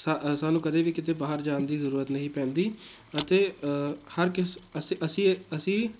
ਸਾ ਸਾਨੂੰ ਕਦੇ ਵੀ ਕਿਤੇ ਬਾਹਰ ਜਾਣ ਦੀ ਜ਼ਰੂਰਤ ਨਹੀਂ ਪੈਂਦੀ ਅਤੇ ਹਰ ਕਿਸ ਅਸੀਂ ਅਸੀਂ